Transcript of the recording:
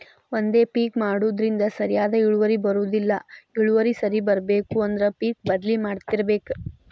ಒಂದೇ ಪಿಕ್ ಮಾಡುದ್ರಿಂದ ಸರಿಯಾದ ಇಳುವರಿ ಬರುದಿಲ್ಲಾ ಇಳುವರಿ ಸರಿ ಇರ್ಬೇಕು ಅಂದ್ರ ಪಿಕ್ ಬದ್ಲಿ ಮಾಡತ್ತಿರ್ಬೇಕ